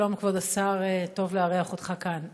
שלום, כבוד השר, טוב לארח אותך כאן.